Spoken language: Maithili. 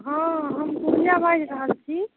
हँ हम पूजा बाजि रहल छी